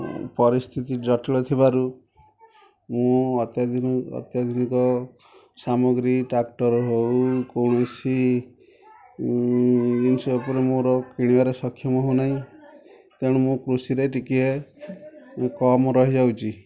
ପରିସ୍ଥିତି ଜଟିଳ ଥିବାରୁ ମୁଁ ଅତ୍ୟାଧୁନିକ ସାମଗ୍ରୀ ଟ୍ରାକ୍ଟର୍ ହେଉ କୌଣସି ଜିନିଷ ଉପରେ ମୋର କିଣିବାର ସକ୍ଷମ ହେଉନାହିଁ ତେଣୁ ମୁଁ କୃଷିରେ ଟିକେ କମ୍ ରହିଯାଉଛି